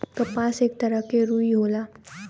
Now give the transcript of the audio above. कपास एक तरह के रुई होला